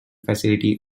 facility